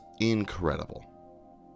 incredible